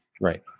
Right